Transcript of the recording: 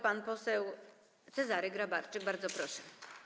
Pan poseł Cezary Grabarczyk, bardzo proszę.